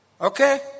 Okay